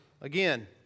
Again